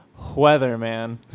weatherman